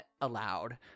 allowed